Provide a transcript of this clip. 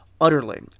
utterly